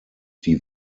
die